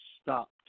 stopped